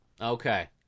Okay